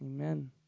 amen